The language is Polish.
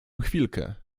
chwilkę